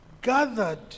gathered